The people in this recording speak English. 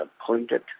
appointed